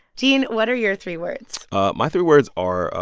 gene, what are your three words? my three words are,